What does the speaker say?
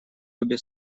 обе